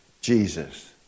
Jesus